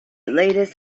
latest